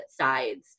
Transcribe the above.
sides